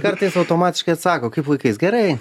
kartais automatiškai atsako kaip laikais gerai